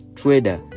trader